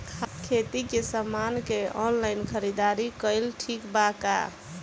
खेती के समान के ऑनलाइन खरीदारी कइल ठीक बा का?